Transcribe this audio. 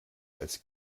als